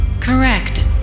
Correct